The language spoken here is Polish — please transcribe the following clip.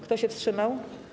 Kto się wstrzymał?